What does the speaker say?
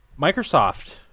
Microsoft